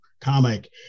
comic